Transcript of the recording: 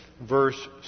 verse